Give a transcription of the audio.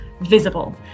visible